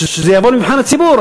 שזה יבוא למבחן הציבור.